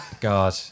God